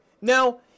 now